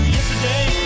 Yesterday